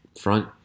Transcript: front